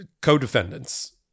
co-defendants